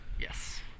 Yes